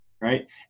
right